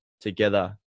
together